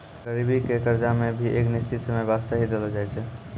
गरीबी के कर्जा मे भी एक निश्चित समय बासते ही देलो जाय छै